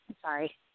sorry